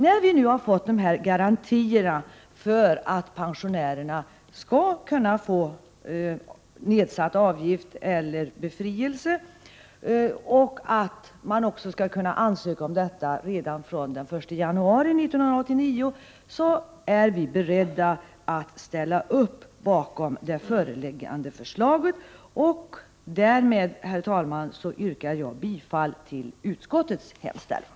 När vi nu har fått garantier för att pensionärerna skall kunna få nedsättning av eller befrielse från avgift och att de skall kunna ansöka om detta redan från den 1 januari 1989 är vi beredda att ställa upp bakom det föreliggande förslaget. Därmed, herr talman, yrkar jag bifall till utskottets hemställan.